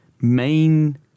main